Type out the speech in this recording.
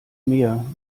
mehr